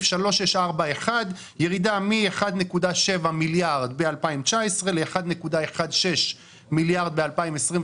ירידה מ-1.7 מיליארד ב-2019 ל-1.16 מיליארד ב-2022.